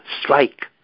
strike